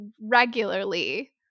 regularly